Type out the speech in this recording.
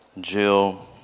Jill